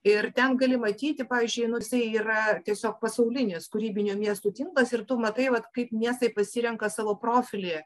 ir ten gali matyti pavyzdžiui nu jisai yra tiesiog pasaulinės kūrybinių miestų tinklas ir tu matai vat kaip miestai pasirenka savo profilį